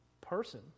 person